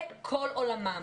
זה כל עולמם.